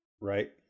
right